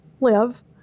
live